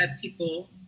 people